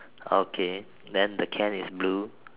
okay then the can is blue